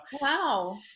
wow